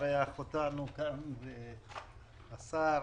שמארח אותנו כאן, השר,